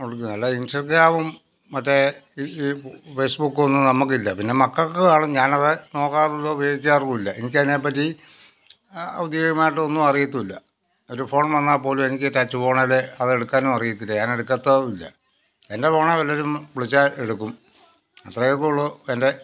ഉണ്ട് അല്ല ഇൻസ്റ്റഗ്രാമും മറ്റേ ഈ ഫേസ്ബുക്കൊന്നും നമ്മൾക്ക് ഇല്ല പിന്നെ മക്കൾക്ക് കാണും ഞാൻ അത് നോക്കാറുമില്ല ഉപയോഗിക്കാറുമില്ല എനിക്ക് അതിനെപ്പറ്റി ഔദ്യോഗികമായിട്ടൊന്നും അറിയത്തുമില്ല ഒരു ഫോൺ വന്നാൽ പോലും എനിക്ക് ടച്ച് ഫോണിൽ അതെടുക്കാനും അറിയത്തില്ല ഞാൻ എടുക്കത്തുമില്ല എൻ്റെ ഫോണിൽ വല്ലവരും വിളിച്ചാൽ എടുക്കും അത്രയൊക്കേ ഉള്ളു എൻ്റെ